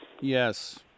Yes